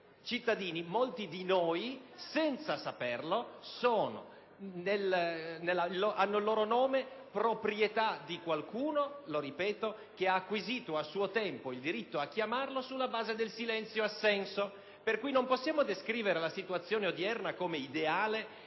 di molti di noi -, senza che ne siano a conoscenza, è proprietà di qualcuno, lo ripeto, che ha acquisito a suo tempo il diritto a chiamarli sulla base del silenzio assenso, per cui non possiamo certamente descrivere la situazione odierna come ideale